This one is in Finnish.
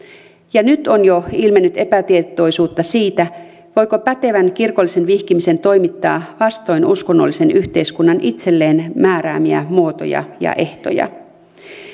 ja nyt on jo ilmennyt epätietoisuutta siitä voiko pätevän kirkollisen vihkimisen toimittaa vastoin uskonnollisen yhdyskunnan itselleen määräämiä muotoja ja ehtoja